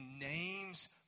names